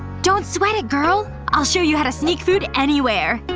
don't sweat it, girl. i'll show you how to sneak food anywhere.